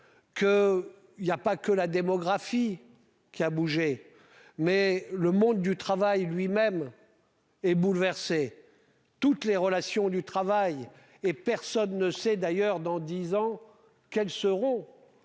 Que il y a pas que la démographie qui a bougé. Mais le monde du travail lui-même. Est bouleversé. Toutes les relations du travail et personne ne sait d'ailleurs dans 10 ans. Quelles seront